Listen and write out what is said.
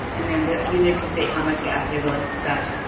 and then the user can state how much gas they're willing to spend.